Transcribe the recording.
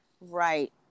Right